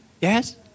Yes